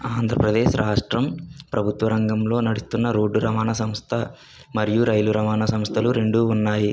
ఆంధ్రప్రదేశ్ రాష్ట్రం ప్రభుత్వ రంగంలో నడుస్తున్న రోడ్డు రవాణా సంస్థ మరియు రైలు రవాణా సంస్థలు రెండూ ఉన్నాయి